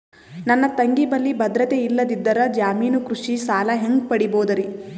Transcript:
ನನ್ನ ತಂಗಿ ಬಲ್ಲಿ ಭದ್ರತೆ ಇಲ್ಲದಿದ್ದರ, ಜಾಮೀನು ಕೃಷಿ ಸಾಲ ಹೆಂಗ ಪಡಿಬೋದರಿ?